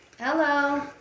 Hello